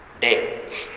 day